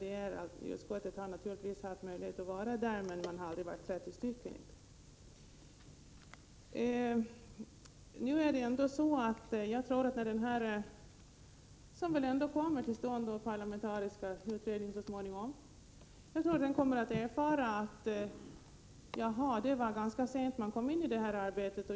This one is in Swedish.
Även om alla som det gäller naturligtvis haft möjlighet att närvara, har antalet aldrig uppgått till 30. Jag tror att den parlamentariska utredning som väl ändå så småningom tillsätts kommer att få erfara att dess arbete igångsatts på ett ganska sent stadium.